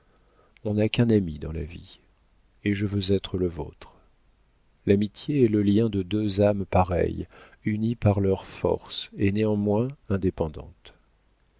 on n'a qu'un ami dans la vie et je veux être le vôtre l'amitié est le lien de deux âmes pareilles unies par leur force et néanmoins indépendantes